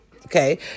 Okay